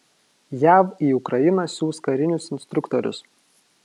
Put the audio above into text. jav į ukrainą siųs karinius instruktorius